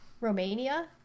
Romania